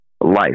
life